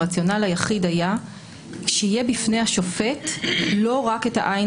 הרציונל היחיד היה שתהיה בפני השופט לא רק העין